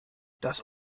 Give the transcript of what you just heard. das